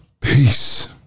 Peace